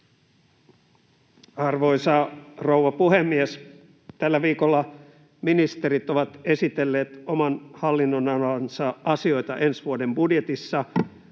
Arvoisa rouva puhemies! Tällä viikolla ministerit ovat esitelleet oman hallinnonalansa asioita ensi vuoden budjetissa,